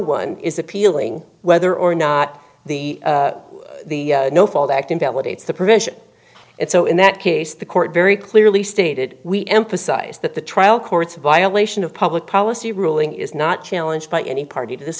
one is appealing whether or not the the no fault act invalidates the provision it so in that case the court very clearly stated we emphasize that the trial court's violation of public policy ruling is not challenged by any party t